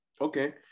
Okay